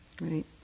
right